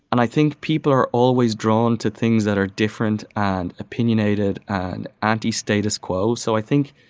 and i think people are always drawn to things that are different and opinionated and anti-status quo. so i think,